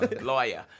Lawyer